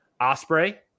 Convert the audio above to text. Osprey